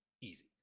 easy